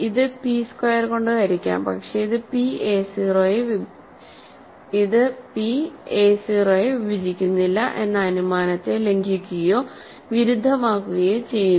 ഇത് p square കൊണ്ട് ഹരിക്കാം പക്ഷേ ഇത് p a 0 യെ വിഭജിക്കുന്നില്ല എന്ന അനുമാനത്തെ ലംഘിക്കുകയോ വിരുദ്ധമാക്കുകയോ ചെയ്യുന്നു